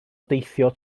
deithio